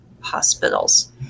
hospitals